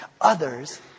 others